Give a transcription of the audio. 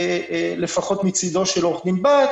לפחות מצדו של עו"ד בהט